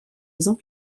faisant